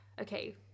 okay